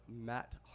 Matt